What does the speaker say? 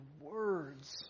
words